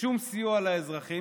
ושום סיוע לאזרחים?